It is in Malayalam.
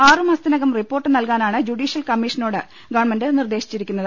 ആറുമാസത്തിനകം റിപ്പോർട്ട് നൽകാനാണ് ജുഡീഷ്യൽ കമ്മീഷ നോട് ഗവൺമെന്റ് നിർദ്ദേശിച്ചിരിക്കുന്നത്